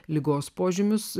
ligos požymius